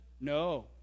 No